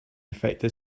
infected